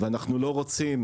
ואנחנו לא רוצים